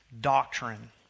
doctrine